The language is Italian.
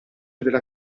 della